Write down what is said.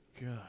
God